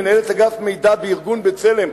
מנהלת אגף מידע בארגון "בצלם",